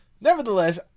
nevertheless